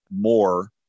more